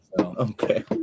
Okay